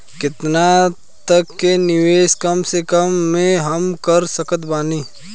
केतना तक के निवेश कम से कम मे हम कर सकत बानी?